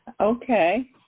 Okay